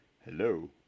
Hello